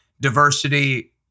diversity